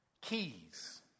keys